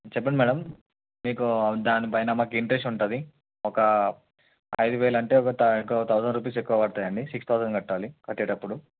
చెప్పండి మ్యాడమ్ మీకు దానిపైన మాకు ఇంట్రస్ట్ ఉంటుంది ఒక ఐదువేలు అంటే ఒక థౌసండ్ రూపీస్ ఎక్కువ పడుతాయండి సిక్స్ థౌసండ్ కట్టాలి కట్టేటప్పుడు